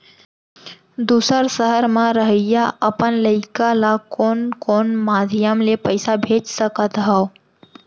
दूसर सहर म रहइया अपन लइका ला कोन कोन माधयम ले पइसा भेज सकत हव?